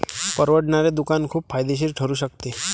परवडणारे दुकान खूप फायदेशीर ठरू शकते